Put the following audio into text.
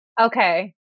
Okay